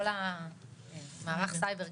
כל המערך סייבר,